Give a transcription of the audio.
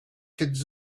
kids